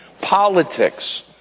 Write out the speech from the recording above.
Politics